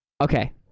Okay